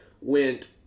went